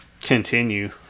continue